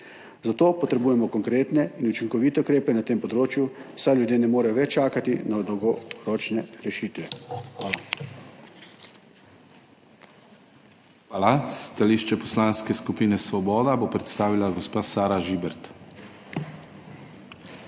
Zato potrebujemo konkretne in učinkovite ukrepe na tem področju, saj ljudje ne morejo več čakati na dolgoročne rešitve. Hvala.